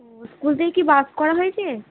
ও school থেকে কি বাস করা হয়েছে